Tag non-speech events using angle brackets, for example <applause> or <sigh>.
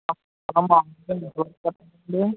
<unintelligible>